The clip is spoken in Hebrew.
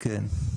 כן.